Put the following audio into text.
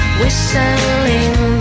whistling